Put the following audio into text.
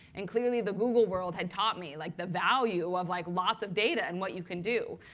and clearly, the google world had taught me like the value of like lots of data and what you can do.